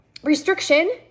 Restriction